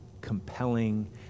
compelling